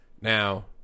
Now